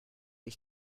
ich